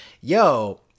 yo